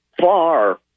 far